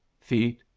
feet